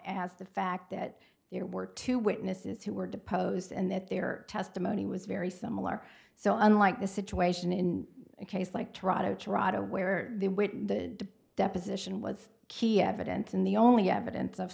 as the fact that there were two witnesses who were deposed and that their testimony was very similar so unlike the situation in a case like toronto cerrato where the deposition was key evidence in the only evidence of